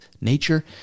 nature